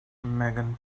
megan